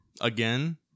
Again